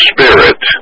Spirit